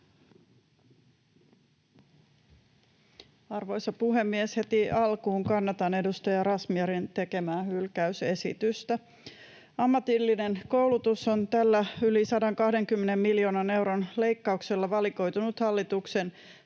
Arvoisa puhemies! Heti alkuun kannatan edustaja Razmyarin tekemää hylkäysesitystä. Ammatillinen koulutus on tällä yli 120 miljoonan euron leikkauksella valikoitunut hallituksen